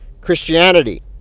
Christianity